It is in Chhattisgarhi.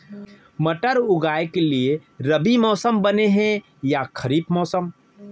मटर उगाए के लिए रबि मौसम बने हे या खरीफ मौसम?